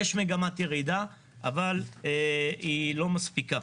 יש מגמת ירידה, אבל היא לא מספיקה.